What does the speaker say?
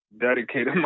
dedicated